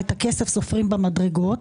את הכסף סופרים במדרגות.